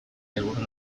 helburu